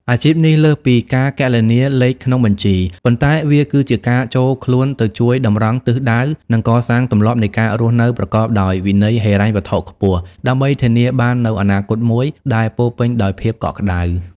អាជីពនេះលើសពីការគណនាលេខក្នុងបញ្ជី ប៉ុន្តែវាគឺជាការចូលខ្លួនទៅជួយតម្រង់ទិសដៅ និងកសាងទម្លាប់នៃការរស់នៅប្រកបដោយវិន័យហិរញ្ញវត្ថុខ្ពស់ ដើម្បីធានាបាននូវអនាគតមួយដែលពោរពេញដោយភាពកក់ក្ដៅ។